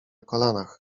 kolanach